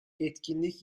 etkinlik